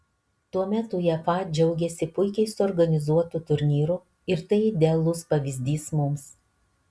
tuomet uefa džiaugėsi puikiai suorganizuotu turnyru ir tai idealus pavyzdys mums